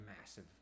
massive